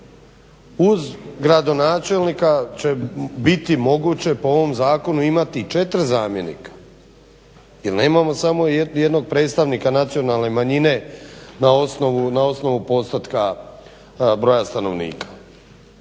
Uz gradonačelnika će biti moguće po ovom zakonu imati 4 zamjenika jer nemamo samo jednog predstavnika nacionalne manjine na osnovu postotka broja stanovnika.